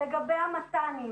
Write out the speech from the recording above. לגבי המת"נים